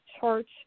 Church